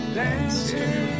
dancing